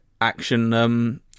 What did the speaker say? action